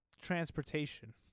transportation